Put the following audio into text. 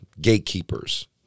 gatekeepers